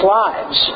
lives